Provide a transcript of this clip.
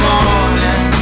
Morning